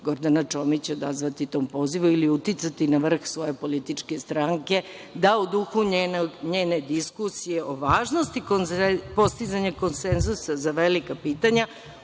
Gordana Čomić odazvati tom pozivu ili uticati na vrh svoje političke stranke da, u duhu njene diskusije o važnosti postizanja konsenzusa za velika pitanja,